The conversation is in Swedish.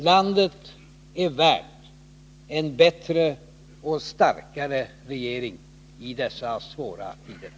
Landet är värt en bättre och starkare regering i dessa svåra tider.